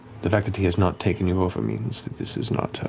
the fact that he has not taken you over means that this is not